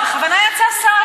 בכוונה יצא שר,